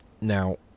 Now